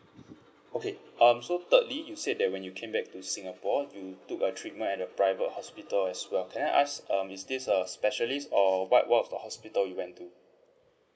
okay um so thirdly you said that when you came back to singapore you took a treatment at a private hospital as well can I ask um is this a specialist or what what was the hospital you went to